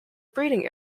breeding